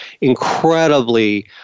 incredibly